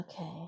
Okay